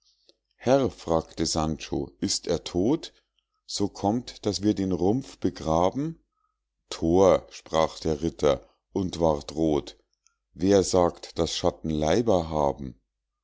herr fragte sancho ist er todt so kommt daß wir den rumpf begraben thor sprach der ritter und ward roth wer sagt daß schatten leiber haben